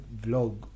vlog